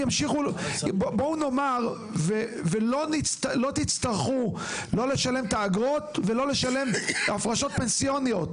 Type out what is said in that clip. בואו נאמר שלא תצטרכו לא לשלם את האגרות ולא לשלם הפרשות פנסיוניות.